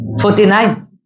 Forty-nine